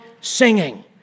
singing